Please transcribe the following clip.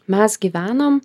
mes gyvenom